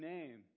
Name